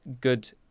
good